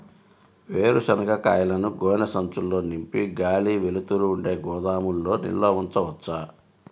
వేరుశనగ కాయలను గోనె సంచుల్లో నింపి గాలి, వెలుతురు ఉండే గోదాముల్లో నిల్వ ఉంచవచ్చా?